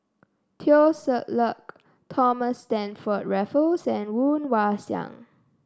Teo Ser Luck Thomas Stamford Raffles and Woon Wah Siang